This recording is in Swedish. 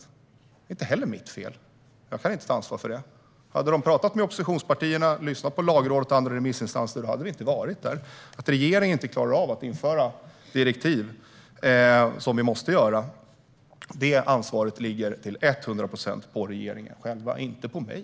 Det är inte heller mitt fel. Jag kan inte ta ansvar för det. Om regeringen hade talat med oppositionspartierna och lyssnat på Lagrådet och andra remissinstanser hade vi inte varit i denna situation. Ansvaret för att regeringen inte klarar av att införa direktiv som vi måste införa ligger till 100 procent på regeringen själv, inte på mig.